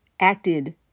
acted